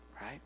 right